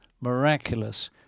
miraculous